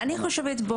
אני חושבת,